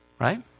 Right